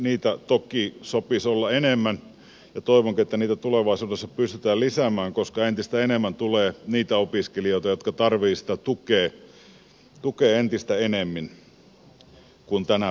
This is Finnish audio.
heitä toki sopisi olla enemmän ja toivonkin että heitä tulevaisuudessa pystytään lisäämään koska entistä enemmän tulee niitä opiskelijoita jotka tarvitsevat sitä tukea enemmän kuin tänä päivänä